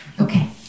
Okay